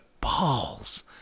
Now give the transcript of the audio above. balls